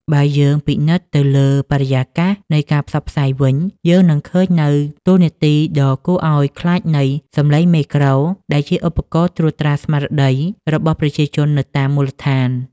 បើយើងពិនិត្យទៅលើបរិយាកាសនៃការផ្សព្វផ្សាយវិញ យើងនឹងឃើញនូវតួនាទីដ៏គួរឱ្យខ្លាចនៃ សំឡេងមេក្រូ ដែលជាឧបករណ៍ត្រួតត្រាស្មារតីរបស់ប្រជាជននៅតាមមូលដ្ឋាន។